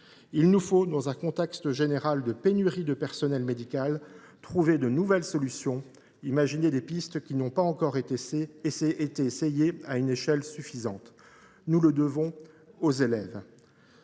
Il nous faut, dans un contexte général de pénurie de personnel médical, trouver de nouvelles solutions et imaginer des pistes qui n’ont pas encore été essayées à une échelle suffisante. Nous le devons aux élèves.